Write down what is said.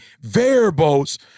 variables